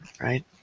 right